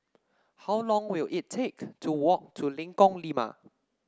how long will it take to walk to Lengkong Lima